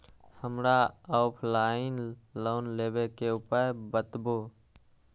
हमरा offline loan लेबे के उपाय बतबु?